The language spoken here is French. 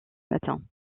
matin